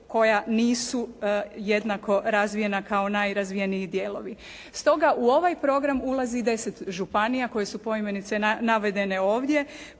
koja nisu jednako razvijena kao najrazvijeniji dijelovi. Stoga u ovaj program ulazi deset županija koje su poimenice navedene ovdje,